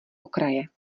okraje